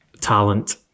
talent